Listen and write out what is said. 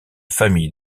famille